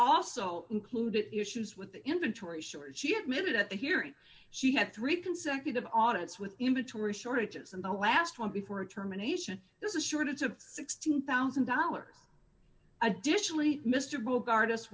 also include it issues with the inventory short she had made at the hearing she had three consecutive audits with inventory shortages and the last one before a terminations this is a shortage of sixteen thousand dollars additionally mr bogart us